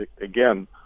again